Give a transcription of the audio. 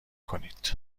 کنید